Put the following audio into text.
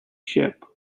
ship